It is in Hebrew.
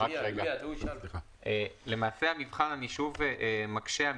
אני שוב מקשה.